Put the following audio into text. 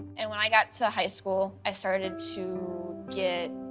and when i got to high school i started to get